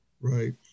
right